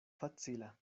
facila